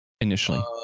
initially